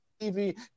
TV